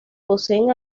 poseen